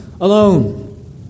Alone